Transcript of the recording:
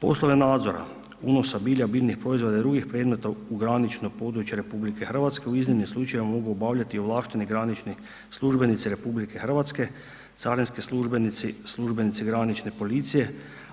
Poslove nadzora unosa bilja, biljnih proizvoda i drugih predmeta u granično područje RH u iznimnim slučajevima mogu obavljati ovlašteni granični službenici RH, carinski službenici, službenici granične policije,